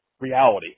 reality